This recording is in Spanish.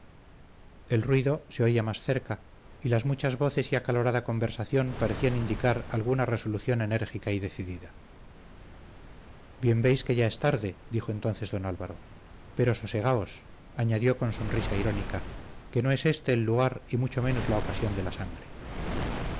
el ruido se oía más cerca y las muchas voces y acalorada conversación parecían indicar alguna resolución enérgica y decidida bien veis que ya es tarde dijo entonces don álvaro pero sosegaos añadió con sonrisa irónica que no es este el lugar y mucho menos la ocasión de la sangre